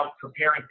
preparing